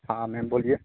हाँ मैम बोलिए